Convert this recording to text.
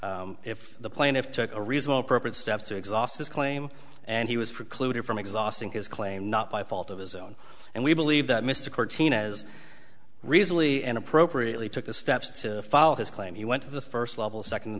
if if the plaintiff took a reasonable appropriate steps to exhaust his claim and he was precluded from exhausting his claim not by fault of his own and we believe that mr corteen as recently and appropriately took the steps to file his claim he went to the first level second